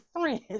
friends